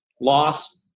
loss